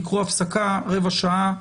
תיקחו הפסקה רבע שעה,